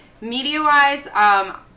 Media-wise